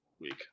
week